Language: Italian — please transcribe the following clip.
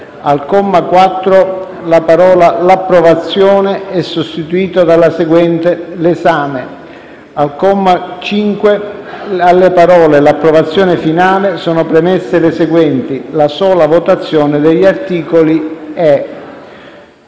al comma 4 la parola "l'approvazione" è sostituita dalla seguente: "l'esame"; al comma 5 alle parole: "l'approvazione finale" sono premesse le seguenti: "la sola votazione degli articoli e".